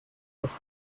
was